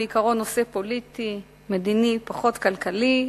הנושא הזה הוא בעיקרו נושא פוליטי-מדיני ופחות כלכלי.